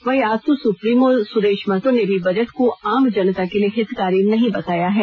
वहीं आजस सुप्रीमो सुदेश महतो ने भी बजट को आम जनता के लिए हितकारी नहीं बताया है